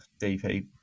DP